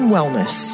Wellness